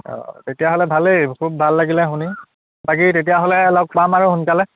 অঁ তেতিয়াহ'লে ভালেই হ'ল খুব ভাল লাগিলে শুনি বাকী তেতিয়াহ'লে লগ পাম আৰু সোনকালে